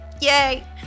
yay